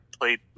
played